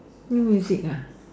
no music ah